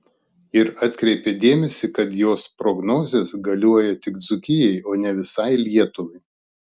ir atkreipė dėmesį kad jos prognozės galioja tik dzūkijai o ne visai lietuvai